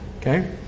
okay